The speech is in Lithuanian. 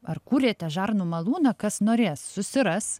ar kūrėte žarnų malūną kas norės susiras